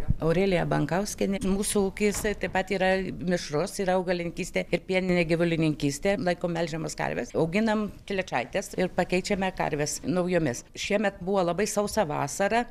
aurelija bankauskienė mūsų ūkis taip pat yra mišrus yra augalininkystė ir pieninė gyvulininkystė laikom melžiamas karves auginam telyčaites ir pakeičiame karves naujomis šiemet buvo labai sausa vasara